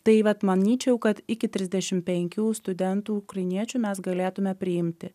tai vat manyčiau kad iki trisdešim penkių studentų ukrainiečių mes galėtume priimti